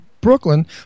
Brooklyn